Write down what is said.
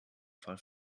fall